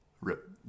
Rip